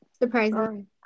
surprising